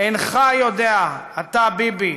אינך יודע, אתה, ביבי,